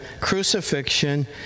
crucifixion